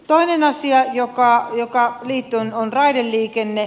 toinen asia on raideliikenne